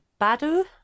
Badu